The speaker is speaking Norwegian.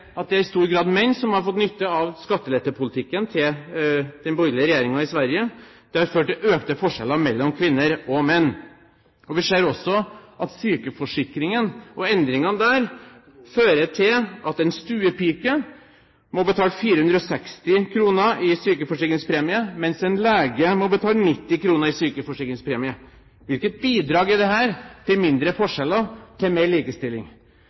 at det i stor grad er menn som har fått nytte av skattelettepolitikken til den borgerlige regjeringen i Sverige – det har ført til økte forskjeller mellom kvinner og menn. Vi ser også at sykeforsikringen og endringene der fører til at en stuepike må betale 460 kr i sykeforsikringspremie, mens en lege må betale 90 kr. Hvilket bidrag er dette til mindre forskjeller og mer likestilling?